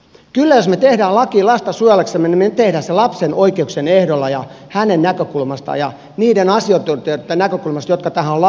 kyllä jos me teemme lain lasta suojellaksemme niin me teemme sen lapsen oikeuksien ehdoilla ja hänen näkökulmastaan ja niitten asiantuntijoitten näkökulmasta jotka ovat tähän lausuntoja tuoneet